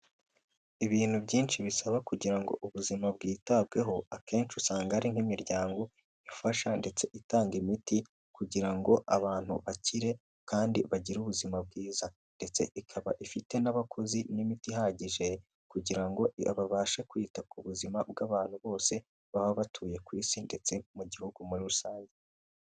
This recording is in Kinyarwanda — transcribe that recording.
Ibintu byinshi bisaba kugira ngo ubuzima bwitabweho, akenshi usanga ari nk'imiryango ifasha ndetse itanga imiti kugira ngo abantu bakire kandi bagire ubuzima bwiza ndetse ikaba ifite n'abakozi, n'imiti ihagije kugira ngo babashe kwita ku buzima bw'abantu bose, baba batuye ku isi ndetse mu gihugu muri rusange.